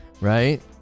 Right